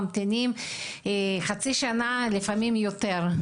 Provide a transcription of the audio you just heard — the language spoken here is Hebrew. צריך להמתין חצי שנה ולפעמים יותר.